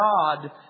God